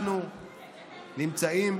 אנחנו נמצאים